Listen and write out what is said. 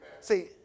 See